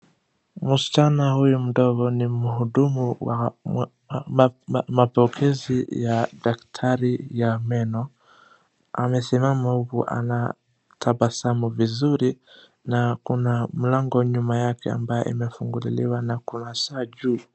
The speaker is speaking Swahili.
Msichana huyu mdogo ni mhudumu wa mapokezi ya daktari ya meno, amesimama huku anatabasamu vizuri na kuna mlango nyuma yake ambayo imefunguliwa na kurasa juu.